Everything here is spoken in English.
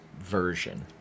version